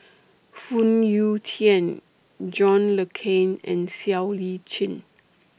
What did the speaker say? Phoon Yew Tien John Le Cain and Siow Lee Chin